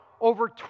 over